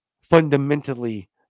fundamentally